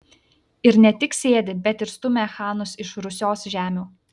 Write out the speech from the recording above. ir ne tik sėdi bet ir stumia chanus iš rusios žemių